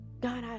God